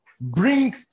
bring